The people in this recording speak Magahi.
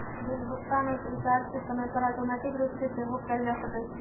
बिल भुगतान आऽ रिचार्ज के समय पर ऑटोमेटिक रूप से सेहो कएल जा सकै छइ